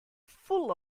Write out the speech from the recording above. full